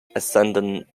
essendon